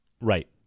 Right